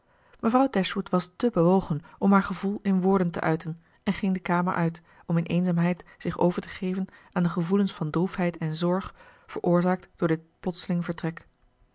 mevrouw dashwood was te bewogen om haar gevoel in woorden te uiten en ging de kamer uit om in eenzaamheid zich over te geven aan de gevoelens van droefheid en zorg veroorzaakt door dit plotseling vertrek